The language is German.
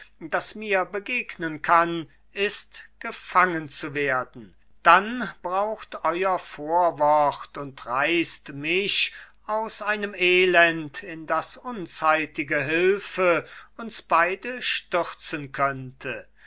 das mir begegnen kann ist gefangen zu werden dann braucht euer vorwort und reißt mich aus einem elend in das unzeitige hülfe uns beide stürzen könnte